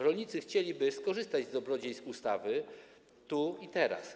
Rolnicy chcieliby skorzystać z dobrodziejstw ustawy tu i teraz.